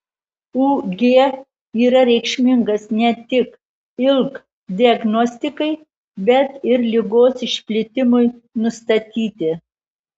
ug yra reikšmingas ne tik ilk diagnostikai bet ir ligos išplitimui nustatyti